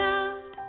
out